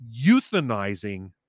euthanizing